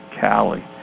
Cali